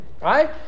Right